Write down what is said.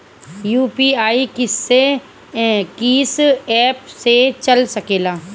UPI किस्से कीस app से चल सकेला?